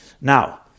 Now